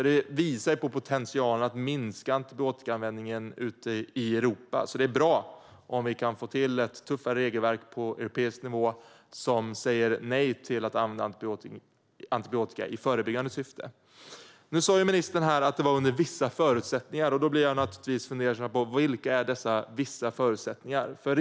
Det visar på potentialen när det gäller att minska antibiotikaanvändningen ute i Europa. Det är bra om vi kan få till ett tuffare regelverk på europeisk nivå som säger nej till att använda antibiotika i förebyggande syfte. Nu sa ministern här att antibiotika endast ska användas under vissa förutsättningar, och då blir jag naturligtvis fundersam på vilka dessa förutsättningar är.